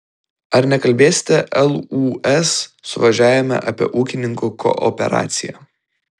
ar nekalbėsite lūs suvažiavime apie ūkininkų kooperaciją